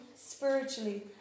spiritually